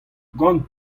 gant